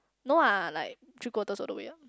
no ah like three quarters of the way up